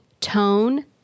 tone